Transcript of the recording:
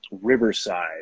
riverside